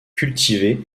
cultivé